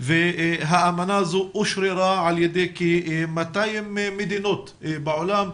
והאמנה הזו אושררה על ידי כ-200 מדינות בעולם,